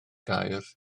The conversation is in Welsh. gaer